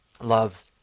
love